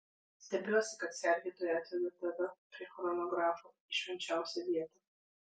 stebiuosi kad sergėtojai atvedė tave prie chronografo į švenčiausią vietą